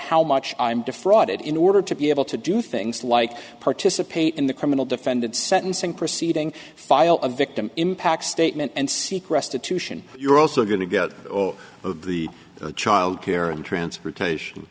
how much i'm defrauded in order to be able to do things like participate in the criminal defendant sentencing proceeding file a victim impact statement and seek restitution you're also going to get all of the child care and transportation